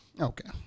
okay